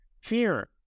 fear